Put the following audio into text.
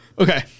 Okay